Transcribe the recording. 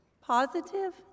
positive